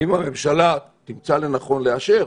אם הממשלה תמצא לנכון לאשר,